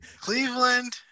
Cleveland